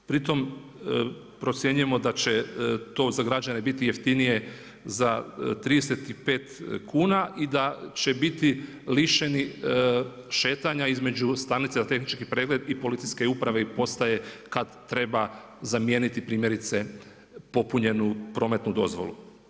Pritom procjenjujemo da će to za građane biti jeftinije za 35 kuna i da će biti lišeni šetanja između stanice za tehnički pregled i policijske uprave i postaje kad treba zamijeniti primjerice popunjenu prometnu dozvolu.